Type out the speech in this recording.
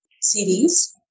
series